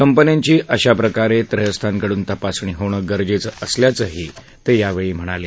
कंपन्यांची अशा प्रकारे त्रयंस्थानंकडून तपासणी होणं गरजेचं असल्याचंही ते यावेळी म्हणाले